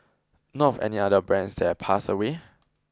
know of any other brands that have passed away